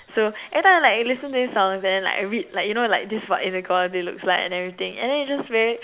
so every time like I listen to these songs and then like I read like you know like this is what inequality looks like and everything and then it's very